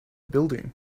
building